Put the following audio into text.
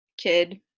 kid